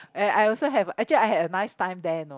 eh I also have actually I have a nice time there you know